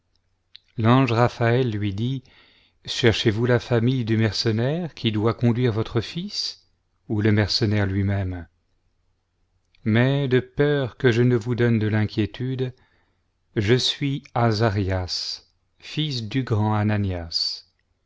l'ange raphaël lui dit cherchezvous la famille du mercenaire qui doit conduire votre fils ou le mercenaire lui-même mais de peur que je ne vous donne de l'inquiétude je suis azarias fils du grand ananias